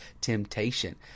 temptation